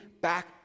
back